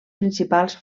principals